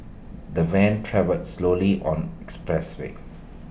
the van travelled slowly on expressway